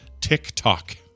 TikTok